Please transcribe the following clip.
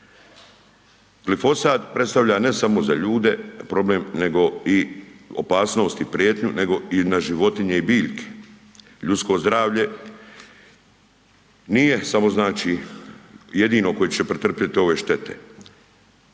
Glifosat predstavlja ne samo za ljude problem nego i opasnost i prijetnju, nego na i životinje i biljke. Ljudsko zdravlje nije samo znači jedino koje će pretrpjeti ove štete.